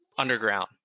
underground